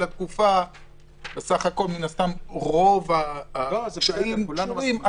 התקופה מן הסתם רוב הקשיים קשורים לקורונה,